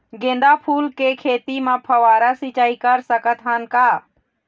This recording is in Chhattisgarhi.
गेंदा फूल के खेती म फव्वारा सिचाई कर सकत हन का?